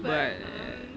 but